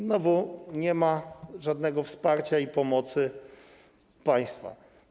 Znowu nie ma żadnego wsparcia i pomocy państwa.